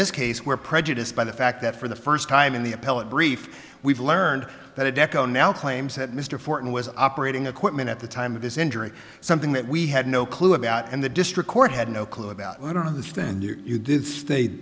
this case were prejudiced by the fact that for the first time in the appellate brief we've learned that adecco now claims that mr fortan was operating equipment at the time of this injury something that we had no clue about and the district court had no clue about i don't understand you did state